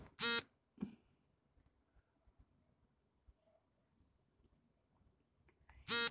UPI ನಲ್ಲಿ ಹಣ ವರ್ಗಾವಣೆ ಮಾಡುವಾಗ ತಪ್ಪಾದ ಯು.ಪಿ.ಐ ಪಿನ್ ನಮೂದಿಸಿದರೆ ಏನು ಮಾಡಬೇಕು?